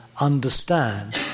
understand